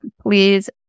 please